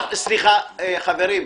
סליחה, חברים,